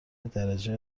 درجه